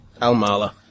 Almala